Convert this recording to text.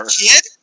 Kid